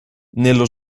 nello